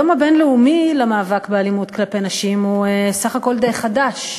היום הבין-לאומי למאבק באלימות כלפי נשים הוא סך הכול די חדש,